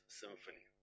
symphony